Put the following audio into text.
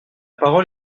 parole